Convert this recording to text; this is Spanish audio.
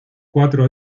cuatro